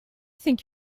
think